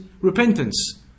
repentance